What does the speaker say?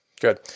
Good